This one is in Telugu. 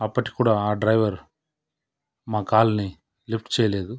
అప్పటికి కూడా ఆ డ్రైవర్ మా కాల్ని లిఫ్ట్ చేయలేదు